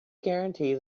guarantee